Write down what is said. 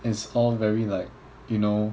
it's all very like you know